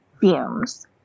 fumes